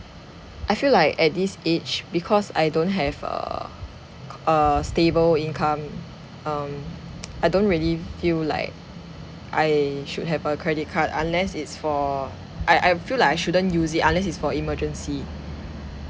I feel like at this age because I don't have a c~ a stable income um I don't really feel like I should have a credit card unless it's for I I feel like I shouldn't use it unless it's for emergency